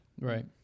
Right